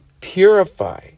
purify